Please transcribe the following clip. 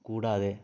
കൂടാതെ